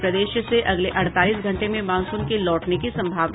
और प्रदेश से अगले अड़तालीस घंटे में मॉनसून के लौटने की संभावना